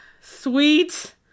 sweet